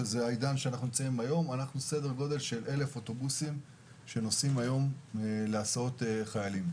אנחנו בסדר גודל של כ-1,000 אוטובוסים שנוסעים היום לצורך הסעות חיילים.